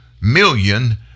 million